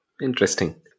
interesting